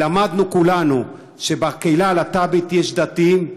ולמדנו כולנו שבקהילה הלהט"בית יש דתיים,